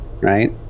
right